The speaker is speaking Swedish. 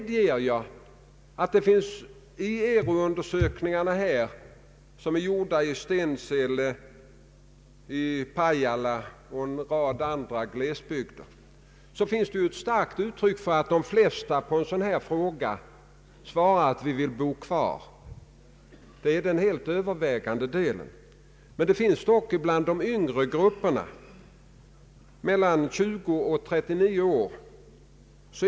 Det är helt enkelt nöd vändigt att ta god tid på sig vid arbetet med dessa frågor. Jag sade att utgångspunkterna är olika. Vi kan inte hämta erfarenheter från andra länder och utan vidare applicera dem på Sverige. Det har sagts att Norge och Finland har satsat mer än vi på regionalpolitik.